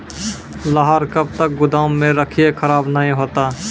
लहार कब तक गुदाम मे रखिए खराब नहीं होता?